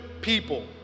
people